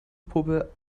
puppe